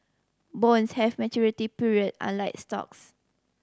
bonds have maturity period unlike stocks